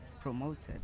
promoted